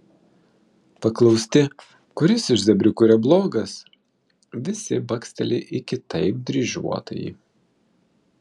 paklausti kuris iš zebriukų yra blogas visi baksteli į kitaip dryžuotąjį